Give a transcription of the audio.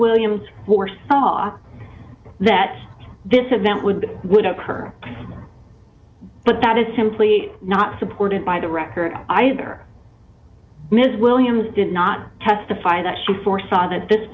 williams were saw that this event would would occur but that is simply not supported by the record either ms williams did not testify that she foresaw that this